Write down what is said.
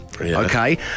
Okay